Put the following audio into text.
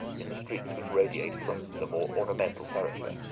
in the streets which radiate from the more ornamental thoroughfare.